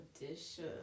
Edition